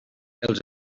els